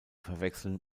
verwechseln